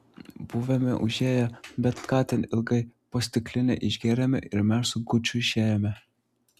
buvome užėję bet ką ten ilgai po stiklinę išgėrėme ir mes su guču išėjome